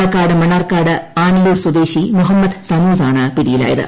പാലക്കാട് മണ്ണാർക്കാട് ആനല്ലൂർ സ്വദേശി മുഹ്റമ്മദ് സനൂസ് ആണ് പിടിയിലായത്